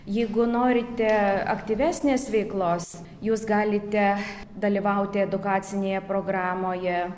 jeigu norite aktyvesnės veiklos jūs galite dalyvauti edukacinėje programoje